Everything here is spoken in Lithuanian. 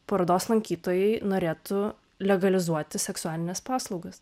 parodos lankytojai norėtų legalizuoti seksualines paslaugas